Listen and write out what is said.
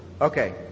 Okay